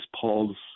Paul's